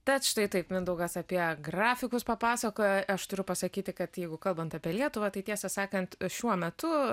tad štai taip mindaugas apie grafikus papasakojo aš turiu pasakyti kad jeigu kalbant apie lietuvą tai tiesą sakant šiuo metu